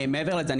מעבר לזה,